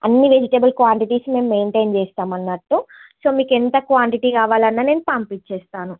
అన్ని vegetables quantities మేము maintain చేస్తాం అన్నట్టు సో మీకు ఎంత క్వాంటిటీ కావాలన్నా నేను పంపించేస్తాను